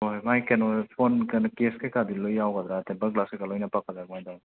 ꯍꯣꯏ ꯃꯥꯒꯤ ꯀꯩꯅꯣ ꯐꯣꯟ ꯀꯩꯅꯣ ꯀꯦꯁ ꯀꯩꯀꯗꯤ ꯂꯣꯏ ꯌꯥꯎꯒꯗ꯭ꯔꯥ ꯇꯦꯝꯄꯔ ꯒ꯭ꯂꯥꯁꯀ ꯀꯩꯀ ꯅꯞꯄꯛꯀꯗ꯭ꯔꯥ ꯀꯃꯥꯏꯇꯧꯅꯤ